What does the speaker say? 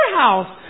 house